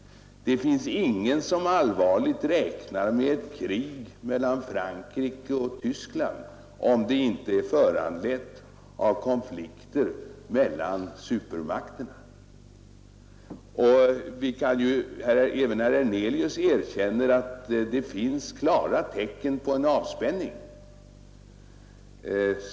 Det finns ingen som allvarligt räknar med ett krig mellan exempelvis Frankrike och Tyskland, om det inte är föranlett av konflikter mellan supermakterna. Även herr Hernelius erkänner att det finns klara tecken på en avspänning.